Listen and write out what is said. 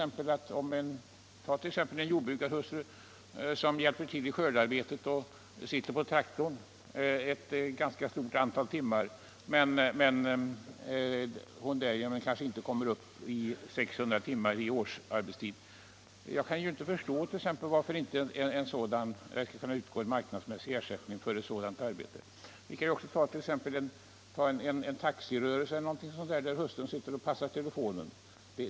Men ta t.ex. en jordbrukarhustru som hjälper till i skördearbetet och kör traktor ett ganska stort antal timmar men inte kommer upp i en årsarbetstid på 600 timmar. Varför skulle det inte kunna utgå marknadsmässig ersättning för sådant arbete? Det kan jag inte förstå. Eller låt oss tänka oss en taxirörelse, där hustrun passar telefonen.